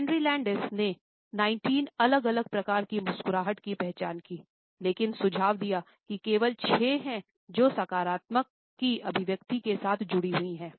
Carney Landis ने 19 अलग अलग प्रकार की मुस्कुराहट की पहचान की लेकिन सुझाव दिया कि केवल छह हैं जो सकारात्मकता की अभिव्यक्ति के साथ जुड़ी हुई है